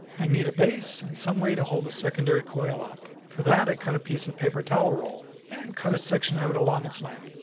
i need a base and some way to hold the secondary coil up. for that i cut a piece of paper towel roll, and cut a section out along its length.